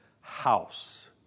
house